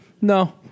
no